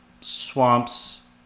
swamps